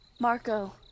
Marco